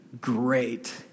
great